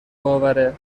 باوره